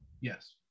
Yes